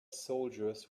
soldiers